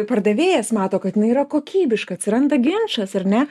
pardavėjas mato kad jinai yra kokybiška atsiranda ginčas ar ne